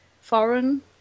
foreign